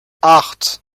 acht